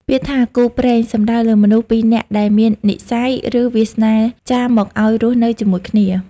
ពាក្យថា «គូព្រេង» សំដៅលើមនុស្សពីរនាក់ដែលមាននិស្ស័យ ឬវាសនាចារមកឱ្យរស់នៅជាមួយគ្នា។